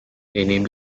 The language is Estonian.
enim